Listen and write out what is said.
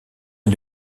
est